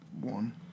one